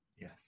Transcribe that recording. Yes